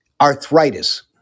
Arthritis